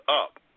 up